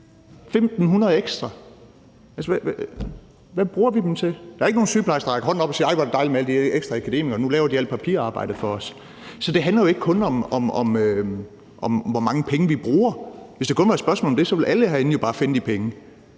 1.500 ekstra. Hvad bruger vi dem til? Der er ikke nogen sygeplejersker, der har rakt hånden op og sagt: Ej, hvor er det dejligt med alle de her ekstra akademikere, nu laver de alt papirarbejdet for os. Så det handler jo ikke kun om, hvor mange penge vi bruger. Hvis det kun var et spørgsmål om det, ville alle herinde jo bare finde de penge.